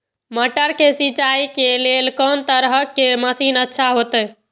मटर के सिंचाई के लेल कोन तरह के मशीन अच्छा होते?